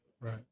Right